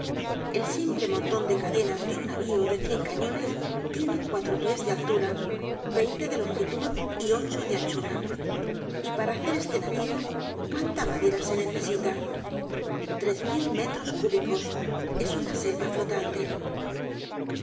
el simple monton de cadenas de un navio de cien cañones tiene cuatro pies de altura veinte de longitud y ocho de anchura y para hacer este navio cuánta madera se necesita tres mil metros cúbicos es una selva flotante